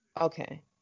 Okay